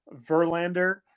Verlander